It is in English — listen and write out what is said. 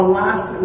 last